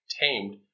tamed